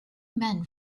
men